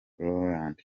rowland